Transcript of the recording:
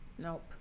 Nope